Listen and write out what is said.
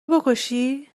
بکشی